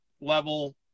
level